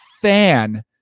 fan